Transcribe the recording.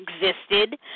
existed